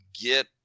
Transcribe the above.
get